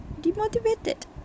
Demotivated